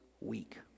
week